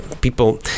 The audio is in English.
people